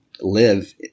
live